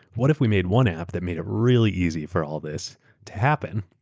what if we made one app that made it really easy for all this to happen?